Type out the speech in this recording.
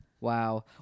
Wow